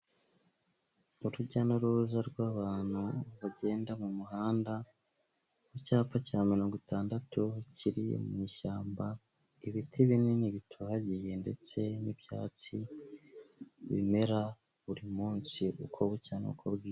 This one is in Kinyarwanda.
Urujya n'uruza rw'abantu bagenda mu muhanda, icyapa cya mirongo itandatu kiri mu ishyamba, ibiti binini bitohagiye ndetse n'ibyatsi bimera buri munsi uko bucya n'uko bwira.